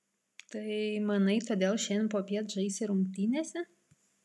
tai manai todėl šiandien popiet žaisi rungtynėse